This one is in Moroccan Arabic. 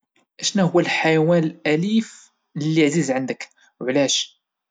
شناهوا الحيوان الاليف اللي عزيز عندك وعلاش؟